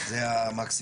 זה המקסימום.